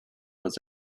was